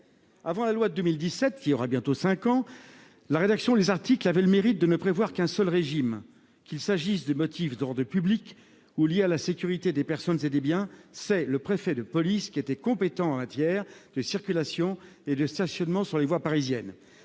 Avant cette loi, qui aura bientôt cinq ans, la rédaction des articles concernés avait le mérite de ne prévoir qu'un seul régime. Qu'il s'agisse de motifs d'ordre public ou liés à la sécurité des personnes et des biens, le préfet de police était compétent en matière de circulation et de stationnement sur les voies parisiennes.